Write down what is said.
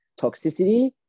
toxicity